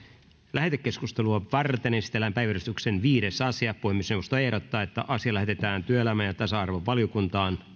lähetekeskustelua varten esitellään päiväjärjestyksen viides asia puhemiesneuvosto ehdottaa että asia lähetetään työelämä ja tasa arvovaliokuntaan